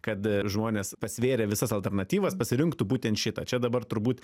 kad žmonės pasvėrę visas alternatyvas pasirinktų būtent šitą čia dabar turbūt